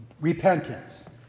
repentance